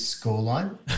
scoreline